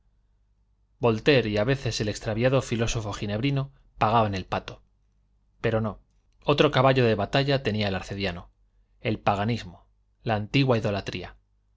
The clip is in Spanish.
voltaire y a veces el extraviado filósofo ginebrino pagaban el pato pero no otro caballo de batalla tenía el arcediano el paganismo la antigua idolatría